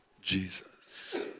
Jesus